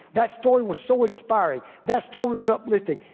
that story was so inspiring that story was uplifting,